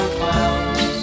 clowns